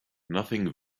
nothing